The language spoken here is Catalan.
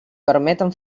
permeten